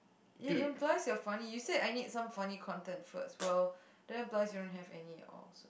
it implies you are funny you said I need some funny content first well that implies you don't have any at all